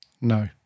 No